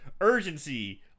urgency